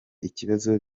ikibazo